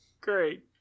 Great